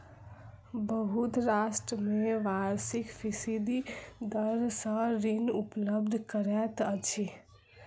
बहुत राष्ट्र में वार्षिक फीसदी दर सॅ ऋण उपलब्ध करैत अछि